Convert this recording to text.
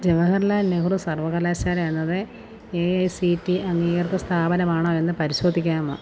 ജവഹർലാൽ നെഹ്റു സർവകലാശാല എന്നത് A I C T അംഗീകൃത സ്ഥാപനമാണോ എന്ന് പരിശോധിക്കാമോ